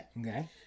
okay